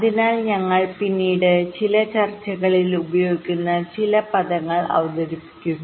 അതിനാൽ ഞങ്ങൾ പിന്നീട് ചില ചർച്ചകളിൽ ഉപയോഗിക്കേണ്ട ചില പദങ്ങൾ അവതരിപ്പിക്കുന്നു